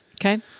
Okay